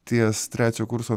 ties trečio kurso